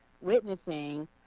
Witnessing